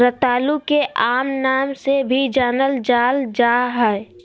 रतालू के आम नाम से भी जानल जाल जा हइ